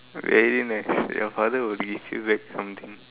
really meh your father will give you back something